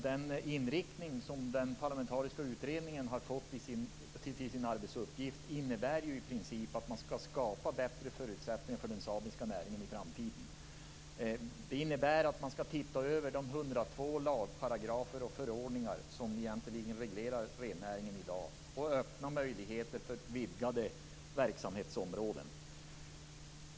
Den inriktning som den parlamentariska utredningen har fått på sin arbetsuppgift innebär i princip att bättre förutsättningar skall skapas för den samiska näringen i framtiden. Detta innebär att man skall titta över de 102 lagparagrafer och förordningar som egentligen reglerar rennäringen i dag, och öppna möjligheter för vidgade verksamhetsområden.